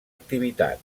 activitat